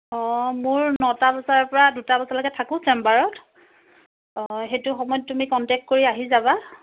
অঁ মোৰ নটা বজাৰ পৰা দুটা বজালৈকে থাকোঁ চেম্বাৰত অঁ সেইটো সময়ত তুমি কণ্টেক্ট কৰি আহি যাবা